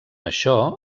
això